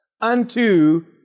unto